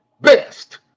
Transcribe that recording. best